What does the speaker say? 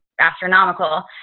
astronomical